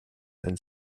and